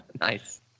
Nice